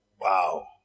Wow